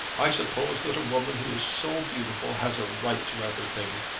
i suppose that a woman who is so beautiful has a right to everything.